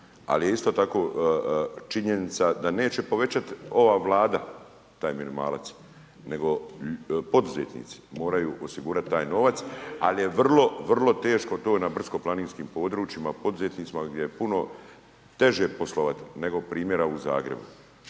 al je isto tako činjenica da neće povećat ova Vlada taj minimalac, nego poduzetnici. Moraju osigurat taj novac, al je vrlo, vrlo teško to na brdsko-planinskim područjima poduzetnicima gdje je puno teže poslovat nego primjera u Zagrebu.